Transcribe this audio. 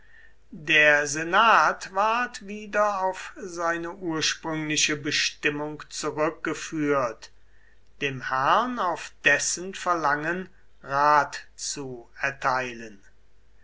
der senat ward wieder auf seine ursprüngliche bestimmung zurückgeführt dem herrn auf dessen verlangen rat zu erteilen